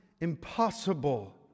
impossible